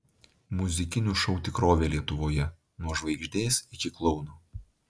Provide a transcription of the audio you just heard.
muzikinių šou tikrovė lietuvoje nuo žvaigždės iki klouno